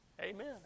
Amen